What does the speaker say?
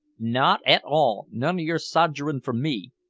not at all, none of your sodgerin' for me.